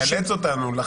אתה מאלץ אותנו להתייחס.